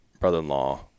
brother-in-law